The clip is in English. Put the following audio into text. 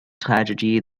tragedy